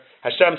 Hashem